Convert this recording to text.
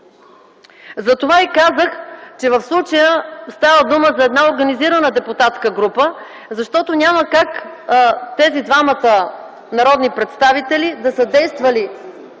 Затова казах, че в случая става дума за организирана депутатска група, защото няма как тези двама народни представители да са действали